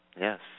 Yes